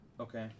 Okay